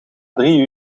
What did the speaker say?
drie